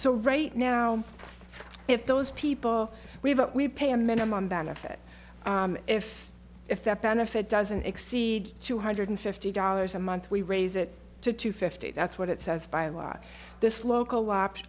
so right now if those people we've got we pay a minimum benefit if if that benefit doesn't exceed two hundred fifty dollars a month we raise it to two fifty that's what it says by a lot this local